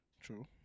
True